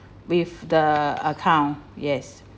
with the account yes